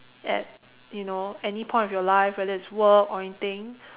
at you know any point of your life whether it's work or anything